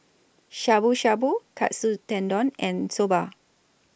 Shabu Shabu Katsu Tendon and Soba